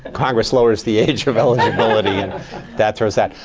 congress lowers the age of eligibility, and that's that.